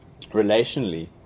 relationally